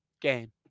Game